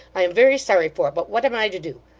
i am very sorry for it, but what am i to do?